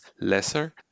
lesser